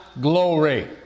glory